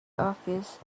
office